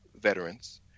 veterans